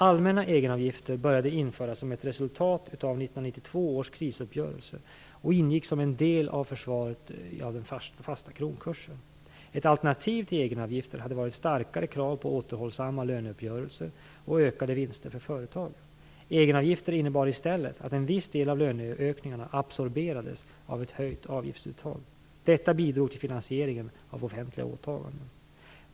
Allmänna egenavgifter började införas som ett resultat av 1992 års krisuppgörelser och ingick som en del i försvaret av den fasta kronkursen. Ett alternativ till egenavgifter hade varit starkare krav på återhållsamma löneuppgörelser och ökade vinster för företagen. Egenavgifterna innebar i stället att en viss del av löneökningarna absorberades av ett höjt avgiftsuttag. Detta bidrog till finansieringen av offentliga åtaganden.